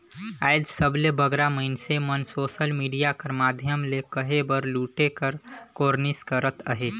आएज सबले बगरा मइनसे मन सोसल मिडिया कर माध्यम ले कहे बर लूटे कर कोरनिस करत अहें